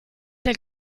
del